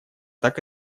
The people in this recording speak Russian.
так